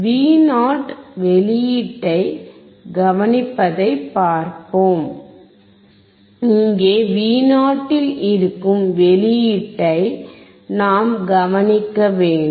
Vo வெளியீட்டைக் கவனிப்பதைப் பார்ப்போம் இங்கே Voல் இருக்கும் வெளியீட்டை நாம் கவனிக்க வேண்டும்